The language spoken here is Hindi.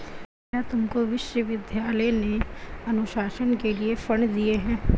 क्या तुमको विश्वविद्यालय ने अनुसंधान के लिए फंड दिए हैं?